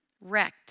Wrecked